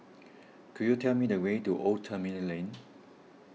could you tell me the way to Old Terminal Lane